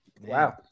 Wow